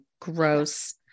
gross